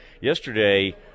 Yesterday